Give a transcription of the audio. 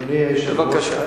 אדוני היושב-ראש,